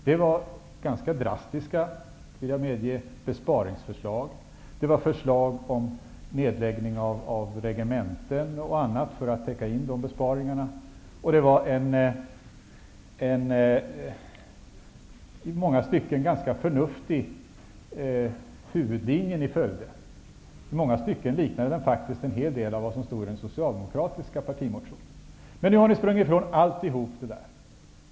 Det var, det vill jag medge, ganska drastiska besparingsförslag, samt förslag om nedläggning av regementen och annat för att täcka in dessa besparingar. Det var en ganska förnuftig huvudlinje ni följde. Den liknade i många stycken en hel del vad som föreslogs i den socialdemokratiska partimotionen. Men nu har ni sprungit ifrån allt.